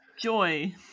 Joy